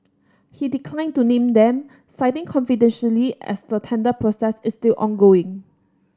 he declined to name them citing confidentiality as the tender process is still ongoing